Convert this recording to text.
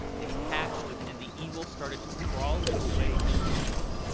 they hatched, and the evil started to crawl its way into people.